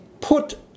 put